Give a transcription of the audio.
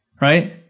right